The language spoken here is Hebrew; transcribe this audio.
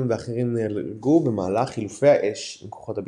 ואחרים נהרגו במהלך חילופי אש עם כוחות הביטחון.